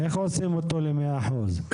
איך עושים אותו ל-100%?